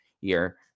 year